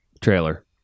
trailer